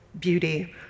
beauty